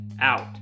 out